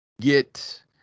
get